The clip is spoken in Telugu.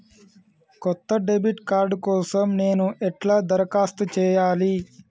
కొత్త డెబిట్ కార్డ్ కోసం నేను ఎట్లా దరఖాస్తు చేయాలి?